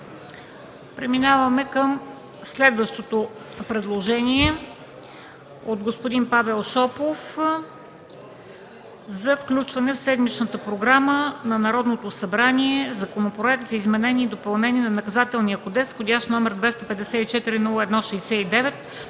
Преминаваме към следващото предложение от господин Павел Шопов за включване в седмичната програма на Народното събрание Законопроект за изменение и допълнение на Наказателния кодекс, № 254-01-69,